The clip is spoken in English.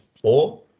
four